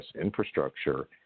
infrastructure